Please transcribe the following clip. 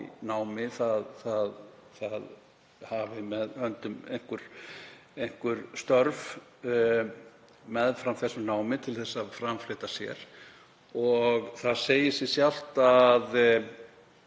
námi hafi með höndum einhver störf meðfram þessu námi til að framfleyta sér. Og það segir sig sjálft að